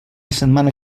setmana